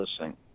listening